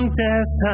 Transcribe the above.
death